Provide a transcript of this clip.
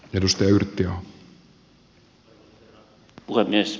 arvoisa herra puhemies